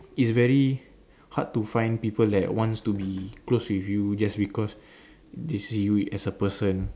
it's very hard to find people that wants to be close with you just because they see you as a person